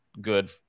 good